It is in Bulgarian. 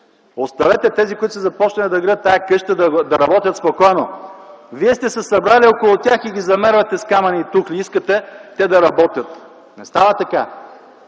Оставете тези, които са започнали да градят тая къща, да работят спокойно. Вие сте се събрали около тях и ги замервате с камъни тук и искате те да работят. Не става така!